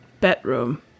bedroom